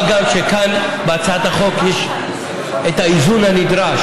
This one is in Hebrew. מה גם שכאן, בהצעת החוק, יש את האיזון הנדרש: